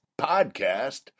podcast